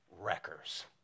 wreckers